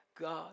God